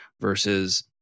versus